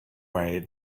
way